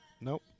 Nope